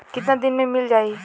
कितना दिन में मील जाई?